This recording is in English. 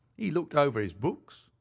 he looked over his books,